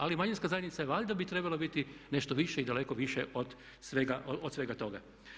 Ali manjinska zajednica valjda bi trebala biti nešto više i daleko više od svega toga.